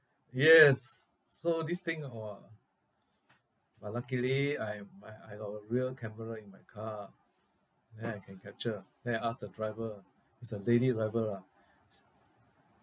yes so this thing !wah! but luckily I my I got a rear camera in my car then I can capture then I ask the driver it's a lady driver lah is